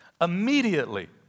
Immediately